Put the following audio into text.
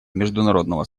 международного